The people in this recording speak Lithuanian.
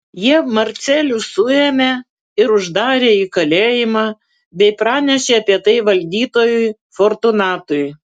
jie marcelių suėmė ir uždarė į kalėjimą bei pranešė apie tai valdytojui fortunatui